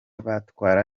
batwara